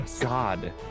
God